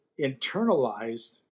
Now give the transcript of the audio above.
internalized